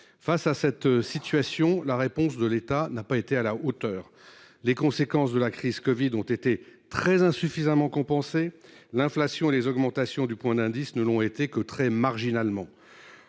Face à cette situation préoccupante, la réponse de l’État n’a pas été à la hauteur. Les conséquences de la crise du covid 19 ont été très insuffisamment compensées, et l’inflation comme les augmentations du point d’indice ne l’ont été que très marginalement.